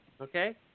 Okay